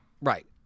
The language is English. Right